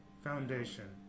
foundation